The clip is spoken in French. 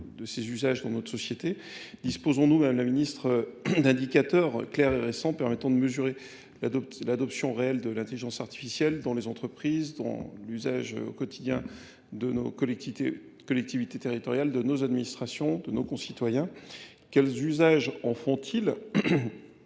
de ses usages dans notre société. Disposons-nous, la ministre, d'indicateurs clairs et récents permettant de mesurer l'adoption réelle de l'intelligence artificielle dans les entreprises, dont l'usage au quotidien de nos collectivités territoriales, de nos administrations, de nos concitoyens. Quels usages en font-ils ?